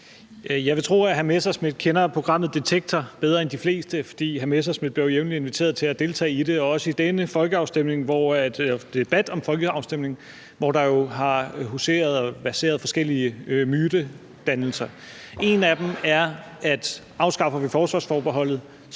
Jeg vil tro, at hr. Morten Messerschmidt kender programmet »Detektor« bedre end de fleste, for hr. Morten Messerschmidt bliver jo jævnligt inviteret til at deltage i det. Det skete også ved debatten om denne folkeafstemning, hvor der jo har huseret og verseret forskellige mytedannelser. En af dem er: Afskaffer vi forsvarsforbeholdet,